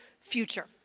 future